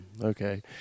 Okay